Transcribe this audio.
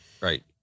Right